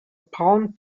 palm